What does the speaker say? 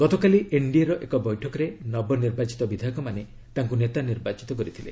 ଗତକାଲି ଏନ୍ଡିଏର ଏକ ବୈଠକରେ ନବନିର୍ବାଚିତ ବିଧାୟକମାନେ ତାଙ୍କୁ ନେତା ନିର୍ବାଚିତ କରିଥିଲେ